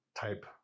type